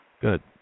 Good